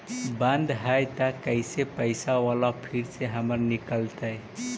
बन्द हैं त कैसे पैसा बाला फिर से हमर निकलतय?